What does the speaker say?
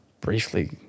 briefly